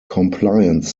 compliance